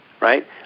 right